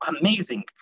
amazing